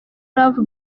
love